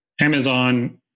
Amazon